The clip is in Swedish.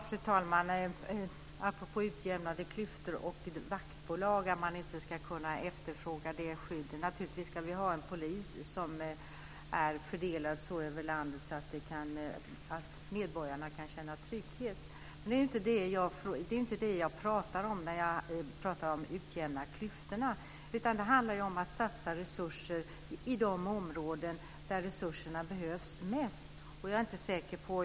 Fru talman! Apropå utjämnade klyftor och vaktbolag för att efterfråga skydd ska vi naturligtvis ha en polis som är så fördelad över landet att medborgarna kan känna trygghet. Men det är ju inte det jag pratar om när jag pratar om att utjämna klyftorna, utan det handlar om att satsa resurser i de områden där resurserna behövs mest.